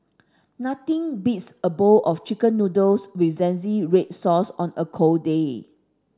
nothing beats a bowl of chicken noodles with zingy red sauce on a cold day